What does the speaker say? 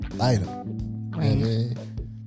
item